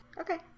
Okay